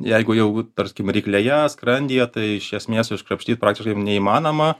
jeigu jau tarkim ryklėje skrandyje tai iš esmės iškrapštyt praktiškai neįmanoma